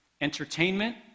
entertainment